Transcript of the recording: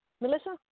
Melissa